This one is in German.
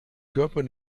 körper